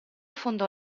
fondò